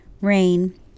rain